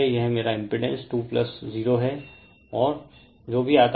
यह मेरा इम्पीडेन्स 20 है और जो भी आता है